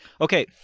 Okay